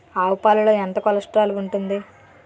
ఆవు పాలలో ఎంత కొలెస్ట్రాల్ ఉంటుంది?